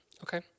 Okay